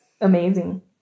amazing